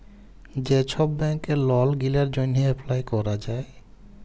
যে ছব ব্যাংকে লল গিলার জ্যনহে এপ্লায় ক্যরা যায়